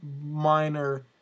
minor